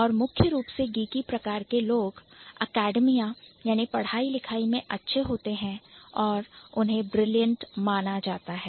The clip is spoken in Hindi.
और मुख्य रूप से geeky प्रकार के लोग Academia यानी पढ़ाई लिखाई में अच्छे होते हैं और उन्हें Brilliant माना जाता है